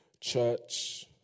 church